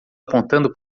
apontando